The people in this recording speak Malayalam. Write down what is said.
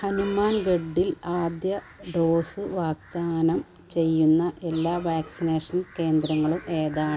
ഹനുമാൻഗെഡ്ഡിൽ ആദ്യ ഡോസ് വാഗ്ദാനം ചെയ്യുന്ന എല്ലാ വാക്സിനേഷൻ കേന്ദ്രങ്ങളും ഏതാണ്